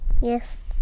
Yes